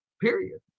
period